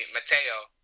Mateo